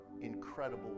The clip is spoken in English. incredible